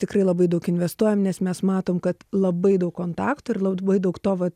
tikrai labai daug investuojam nes mes matom kad labai daug kontaktų ir labai daug to vat